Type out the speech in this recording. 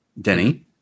Denny